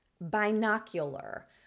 Binocular